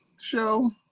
show